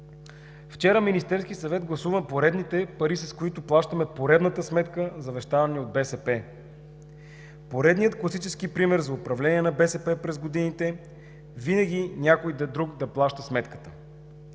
Вчера Министерският съвет гласува поредните пари, с които плащаме поредната сметка, завещана ни от БСП, поредният класически пример за управление на БСП през годините – винаги някой друг да плаща сметката.